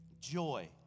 Joy